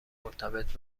مرتبط